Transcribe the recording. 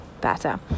better